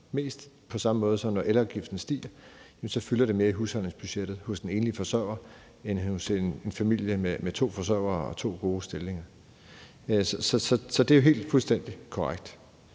mest på samme måde, som at når elafgiften stiger, fylder det mere i husholdningsbudgettet hos den enlige forsørger end hos en familie med to forsørgere og to gode stillinger. Så det er jo helt fuldstændig korrekt.